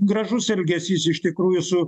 gražus elgesys iš tikrųjų su